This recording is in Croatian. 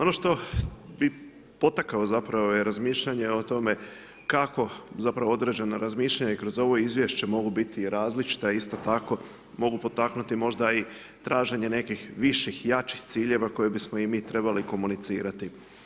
Ono što bih potakao zapravo je razmišljanje o tome kako, zapravo, određena razmišljanja kroz ovo izvješća mogu biti različita, isto tako, mogu potaknuti možda i traženje nekih viših, jačih ciljeva koje bismo i mi trebali komunicirati.